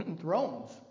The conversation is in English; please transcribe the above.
thrones